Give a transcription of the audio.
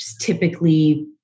typically